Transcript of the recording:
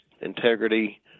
integrity